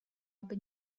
aby